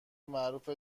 معروف